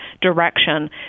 direction